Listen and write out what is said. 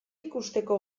ikusteko